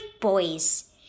boys